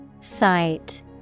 Sight